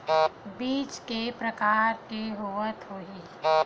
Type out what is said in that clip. बीज के प्रकार के होत होही?